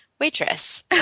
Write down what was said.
waitress